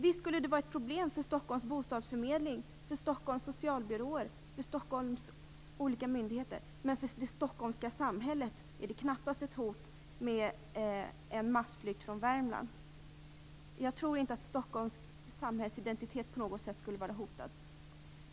Visst skulle det vara ett problem för Stockholms bostadsförmedling, Stockholms socialbyråer och Stockholms olika myndigheter. Men för det stockholmska samhället är det knappast ett hot med en massflykt från Värmland. Jag tror inte att Stockholms samhällsidentitet på något sätt skulle vara hotad.